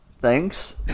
Thanks